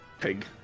pig